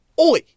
Oi